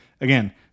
again